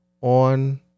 on